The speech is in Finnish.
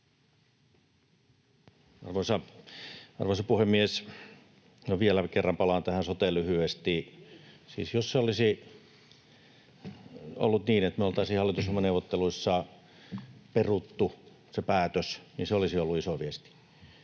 Arvoisa puhemies! Vielä kerran palaan tähän soteen lyhyesti. Siis jos olisi ollut niin, että me oltaisiin hallitusohjelmaneuvotteluissa peruttu se päätös, niin se olisi ollut iso viesti.